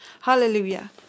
Hallelujah